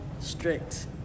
strict